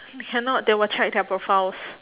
cannot they will check their profiles